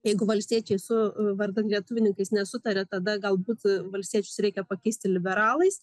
jeigu valstiečiai su vardan lietuvininkais nesutaria tada galbūt valstiečius reikia pakeisti liberalais